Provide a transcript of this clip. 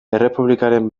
errepublikaren